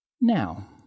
Now